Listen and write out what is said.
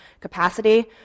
capacity